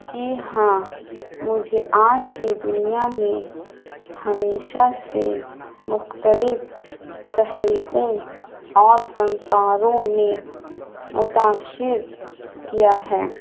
جی ہاں مجھے آرٹ کی دنیا میں ہمیشہ سے مختلف تحریکوں اور فنکاروں نے متاثر کیا ہے